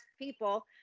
people